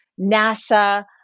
NASA